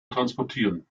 transportieren